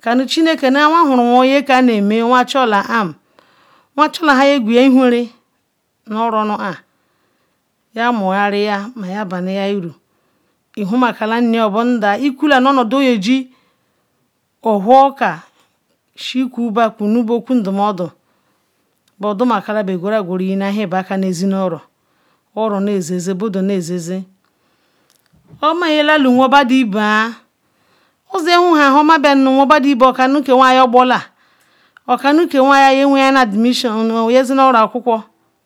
canu chineke nu ihurun nwon ya kana mei nu won chola dun won chola hanke ye gweya eweren nu oro nuan ya cheyari maya bama ya oworka suku ba kunu ba ikunu ndumodu boduma baguro ishinu ehin ba aker nu ezinu oro oro nezenzen badu iben ozima yinka yewenye la addmission oro okuku